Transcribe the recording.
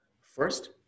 First